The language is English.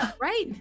Right